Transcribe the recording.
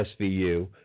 SVU